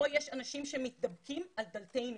יש פה אנשים שמתדפקים על דלתנו,